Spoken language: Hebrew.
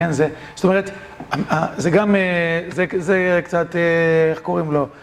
כן, זה, זאת אומרת, זה גם, זה, זה קצת, איך קוראים לו?